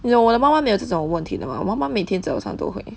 you know 我的妈妈没有这种问题的 mah 我妈妈每天早上都会